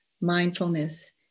mindfulness